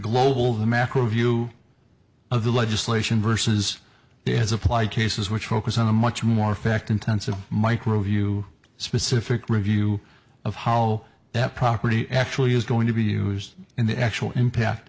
global the macro view of the legislation versus is applied cases which focus on a much more fact intensive micro view specific review of how that property actually is going to be used in the actual impact